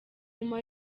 nyuma